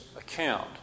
account